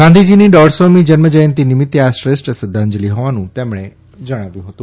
ગાંધીજીની દોઢસોમી જન્મજયંતિ નિમિત્તે આ શ્રેષ્ઠ શ્રદ્ધાંજલિ હોવાનું તેમણે જણાવ્યું હતું